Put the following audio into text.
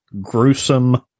gruesome